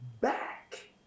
back